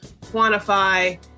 quantify